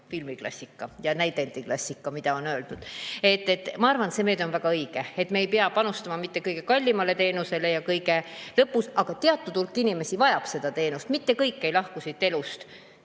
filmiklassikas ja näidendiklassikas öeldud. Ma arvan, et see meede on väga õige. Me ei pea panustama mitte kõige kallimale teenusele. Aga teatud hulk inimesi vajab seda teenust, mitte kõik ei lahku siit elust,